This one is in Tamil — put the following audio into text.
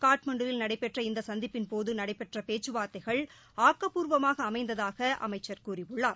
காட்மண்டுவில் நடைபெற்ற இந்த சந்திப்பின்போது நடைபெற்ற பேச்சுவார்த்தைகள் ஆக்கப்பூர்வமாக அமைந்ததாக அமைச்சர் கூறியுள்ளார்